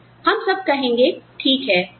और फिर हम सब कहेंगे ठीक है